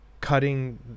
cutting